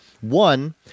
One